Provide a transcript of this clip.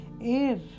air